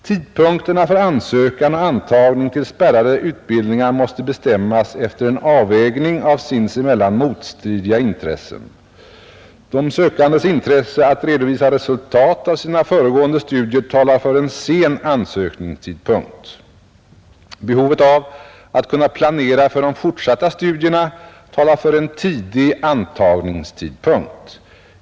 Tidpunkterna för ansökan och antagning till spärrade utbildningar måste bestämmas efter en avvägning av sinsemellan motstridiga intressen. De sökandes intresse av att redovisa resultat av sina föregående studier talar för en sen ansökningstidpunkt. Behovet av att kunna planera för de fortsatta studierna talar för en tidig antagningstidpunkt.